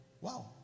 Wow